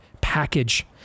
package